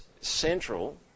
central